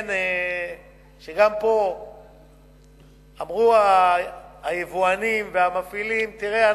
לציין שגם פה אמרו היבואנים והמפעילים: תראה,